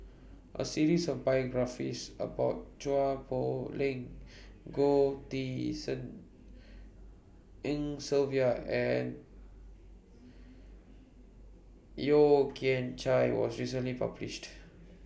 A series of biographies about Chua Poh Leng Goh Tshin En Sylvia and Yeo Kian Chai was recently published